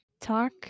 talk